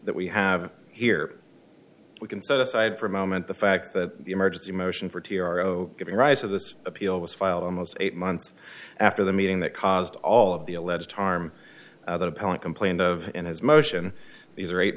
that we have here we can set aside for a moment the fact that the emergency motion for t r o giving rise to this appeal was filed almost eight months after the meeting that caused all of the alleged harm other polling complained of in his motion these are eight